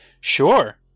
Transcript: Sure